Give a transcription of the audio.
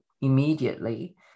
immediately